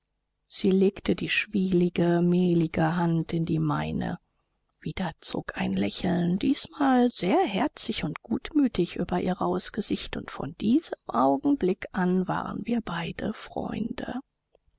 sie legte die schwielige mehlige hand in die meine wieder zog ein lächeln diesmal sehr herzig und gutmütig über ihr rauhes gesicht und von diesem augenblick an waren wir freunde